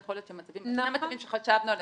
ויכול להיות שהמצבים הם המצבים שחשבנו עליהם,